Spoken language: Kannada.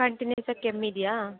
ಕಂಟಿನ್ಯುಸಾಗಿ ಕೆಮ್ಮಿದೆಯಾ